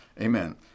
Amen